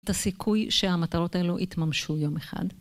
את הסיכוי שהמטרות האלו יתממשו יום אחד.